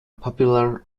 popular